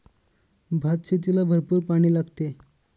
भातशेतीला भरपूर पाणी लागते